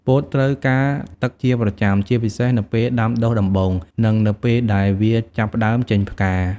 ពោតត្រូវការទឹកជាប្រចាំ ជាពិសេសនៅពេលដាំដុះដំបូង និងនៅពេលដែលវាចាប់ផ្ដើមចេញផ្កា។